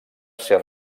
ser